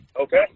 Okay